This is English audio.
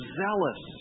zealous